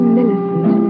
Millicent